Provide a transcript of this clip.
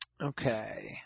Okay